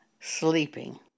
sleeping